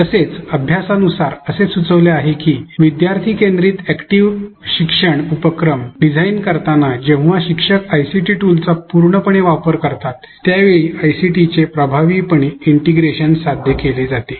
तसेच अभ्यासानुसार असे सुचवले गेले आहे की विद्यार्थी केंद्रित अॅक्टिव शिक्षण उपक्रम डिझाइन करताना जेव्हा शिक्षक आयसीटी टूल्सचा पूर्णपणे वापर करतात त्यावेळी आयसीटीचे प्रभावीपणे इंटिग्रेशन साध्य केले जाते